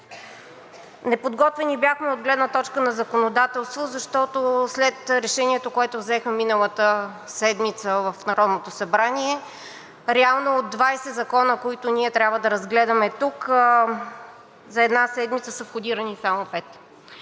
Неподготвени бяхме от гледна точка на законодателство, защото след Решението, което взехме миналата седмица в Народното събрание, реално от 20 закона, които ние трябва да разгледаме тук, за една седмица, са входирани само